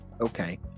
Okay